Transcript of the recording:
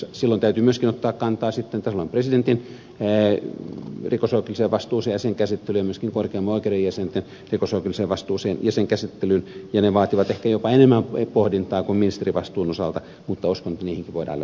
silloin täytyy myöskin ottaa kantaa myöskin tasavallan presidentin rikosoikeudelliseen vastuuseen ja sen käsittelyyn ja myöskin korkeimman oikeuden jäsenten rikosoikeudelliseen vastuuseen ja sen käsittelyyn ja ne vaativat ehkä jopa enemmän pohdintaa kuin ministerivastuu mutta uskon että niihinkin voidaan löytää ratkaisu